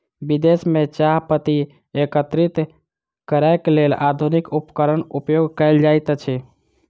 विदेश में चाह पत्ती एकत्रित करैक लेल आधुनिक उपकरणक उपयोग कयल जाइत अछि